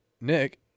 Nick